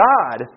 God